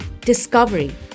discovery